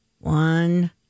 one